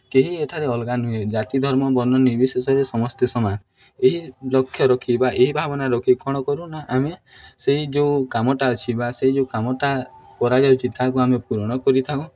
କେହି ଏଠାରେ ଅଲଗା ନୁହେଁ ଜାତି ଧର୍ମ ବର୍ଣ୍ଣ ନିର୍ବିଶେଷରେ ସମସ୍ତେ ସମାନ ଏହି ଲକ୍ଷ୍ୟ ରଖି ବା ଏହି ଭାବନା ରଖି କ'ଣ କରୁ ନା ଆମେ ସେହି ଯେଉଁ କାମଟା ଅଛି ବା ସେହି ଯେଉଁ କାମଟା କରାଯାଉଛି ତାହାକୁ ଆମେ ପୂରଣ କରିଥାଉ